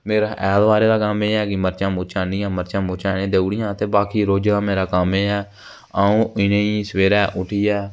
मेरा ऐतवारें दा कम्म एह् ऐ कि मर्चां मुर्चां आह्नियै कि मर्चां मुर्चां इ'नेंगी देई उड़ियां ते रोजा दा मेरा कम्म इयै कि आ'ऊं इ'नेंगी सवेरे उट्ठियै